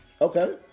Okay